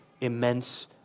immense